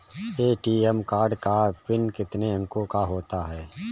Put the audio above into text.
ATM card का pin कितने अंकों का होता है?